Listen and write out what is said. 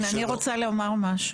כן, אני רוצה לומר משהו.